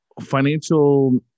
financial